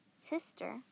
Sister